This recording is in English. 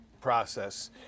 process